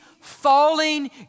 falling